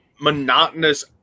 monotonous